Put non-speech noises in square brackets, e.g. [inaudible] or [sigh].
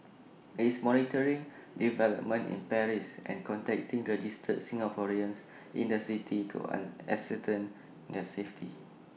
it's monitoring developments in Paris and contacting registered Singaporeans in the city to [unintelligible] ascertain their safety